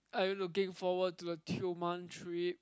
are you looking forward to the Tioman trip